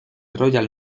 royal